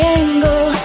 angle